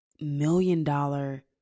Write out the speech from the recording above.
million-dollar